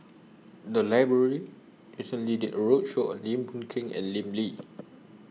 The Library recently did A roadshow on Lim Boon Keng and Lim Lee